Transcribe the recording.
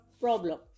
problem